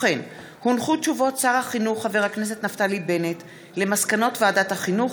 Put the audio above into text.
הודעות שר החינוך חבר הכנסת נפתלי בנט על מסקנות ועדת החינוך,